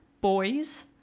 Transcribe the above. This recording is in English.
Boys